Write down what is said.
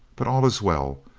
but all is well.